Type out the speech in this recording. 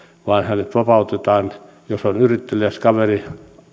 vaan hänet vapautetaan jos on yritteliäs kaveri